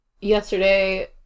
Yesterday